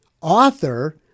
author